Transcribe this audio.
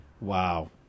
Wow